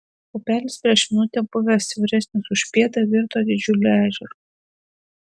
upelis prieš minutę buvęs siauresnis už pėdą virto didžiuliu ežeru